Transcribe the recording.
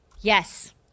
Yes